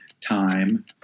time